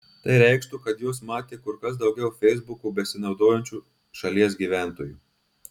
tai reikštų kad juos matė kur kas daugiau feisbuku besinaudojančių šalies gyventojų